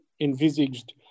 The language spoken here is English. envisaged